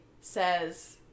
says